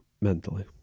mentally